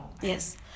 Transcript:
Yes